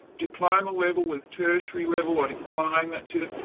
diploma level is tertiary level, i'd explain that to them.